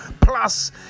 Plus